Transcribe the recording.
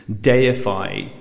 deify